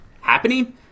happening